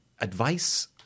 Advice